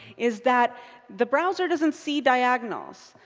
is that the browser doesn't see diagonals.